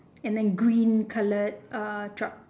and the green coloured uh truck